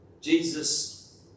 Jesus